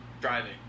driving